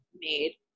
made